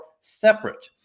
separate